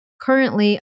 currently